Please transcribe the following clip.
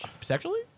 sexually